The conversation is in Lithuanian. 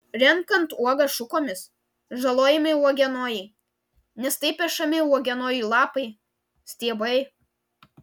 renkant uogas šukomis žalojami uogienojai nes taip pešami uogienojų lapai stiebai